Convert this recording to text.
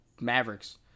Mavericks